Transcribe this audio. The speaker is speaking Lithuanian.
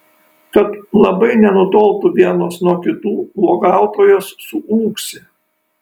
kad labai nenutoltų vienos nuo kitų uogautojos suūksi